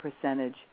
percentage